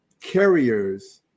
carriers